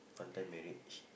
one time marriage